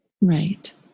Right